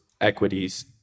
equities